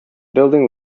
building